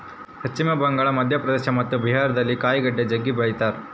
ಪಶ್ಚಿಮ ಬಂಗಾಳ, ಮಧ್ಯಪ್ರದೇಶ ಮತ್ತು ಬಿಹಾರದಲ್ಲಿ ಕಾಯಿಗಡ್ಡೆ ಜಗ್ಗಿ ಬೆಳಿತಾರ